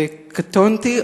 וקטונתי,